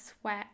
sweat